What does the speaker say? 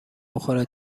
بخوره